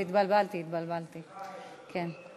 את מתבלבלת, התבלבלתי, כן.